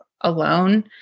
alone